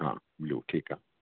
हा ब्लू ठीकु आहे